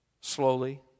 Slowly